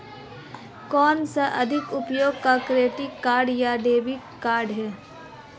कौनसा अधिक उपयोगी क्रेडिट कार्ड या डेबिट कार्ड है?